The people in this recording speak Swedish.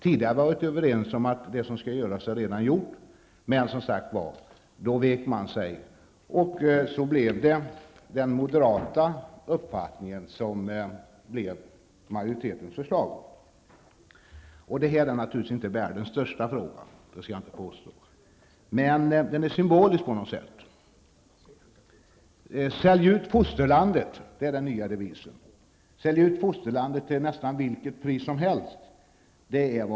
Tidigare var vi överens om att det som kan göras redan är gjort, men inför detta moderatförslag vek sig alltså de övriga borgerliga partierna. Därigenom kom den moderata uppfattningen att bli majoritetens förslag. Detta är naturligtvis inte världens största fråga, men den är på något sätt symbolisk. ''Sälj ut fosterlandet'', är den nya devisen. Nu tycks man vilja sälja ut fosterlandet till snart sagt vilket pris som helst.